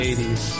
80s